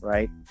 Right